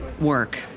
work